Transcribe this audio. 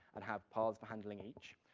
and have paths for handling each.